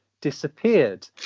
disappeared